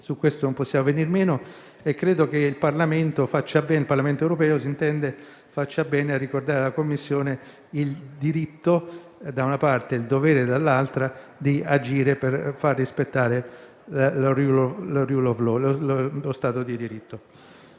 su questo non possiamo venir meno. Credo che il Parlamento europeo faccia bene a ricordare alla Commissione il diritto da una parte e il dovere dall'altra di agire per far rispettare la *rule